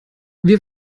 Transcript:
wir